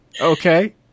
Okay